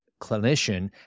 clinician